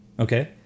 Okay